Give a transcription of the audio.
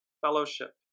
Fellowship